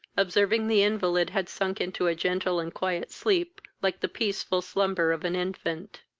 observing the invalid had sunk into a gentle and quiet sleep like the peaceful slumber of an infant.